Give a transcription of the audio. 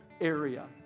area